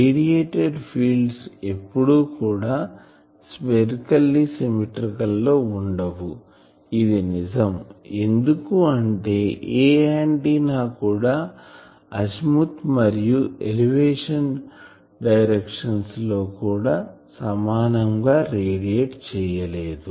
radiated fields ఎప్పుడు కూడా spherically symmetric లో వుండవు ఇది నిజాం ఎందుకు అంటే ఏ ఆంటిన్నా కూడా అజిముత్ మరియు ఎలివేషన్ డైరెక్షన్స్ కూడా సమానం గా రేడియేట్ చేయలేదు